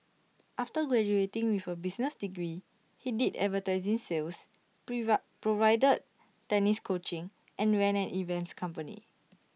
after graduating with A business degree he did advertising sales provided tennis coaching and ran an events company